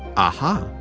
aha!